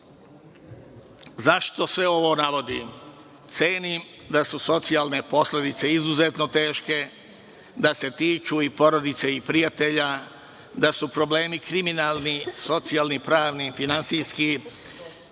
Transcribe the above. ishod.Zašto sve ovo navodim? Cenim da su socijalne posledice izuzetno teške, da se tiču i porodice i prijatelja, da su problemi kriminalni, socijalni, pravni, finansijski